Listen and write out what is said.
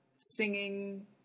singing